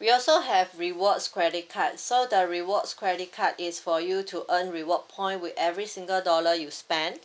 we also have rewards credit card so the rewards credit card is for you to earn reward point with every single dollar you spend